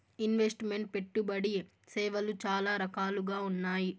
invest meant పెట్టుబడి సేవలు చాలా రకాలుగా ఉన్నాయి